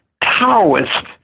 Taoist